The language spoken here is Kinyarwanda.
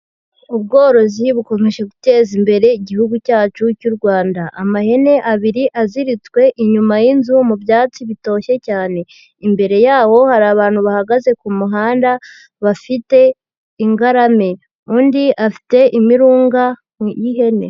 Ubworozi bukomeje guteza imbere Igihugu cyacu cy'u Rwanda, amahene abiri aziritswe inyuma y'inzu mu byatsi bitoshye cyane, imbere yaho hari abantu bahagaze ku muhanda bafite ingarame, undi afite imirunga y'ihene.